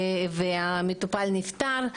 כשהמטופל נפטר.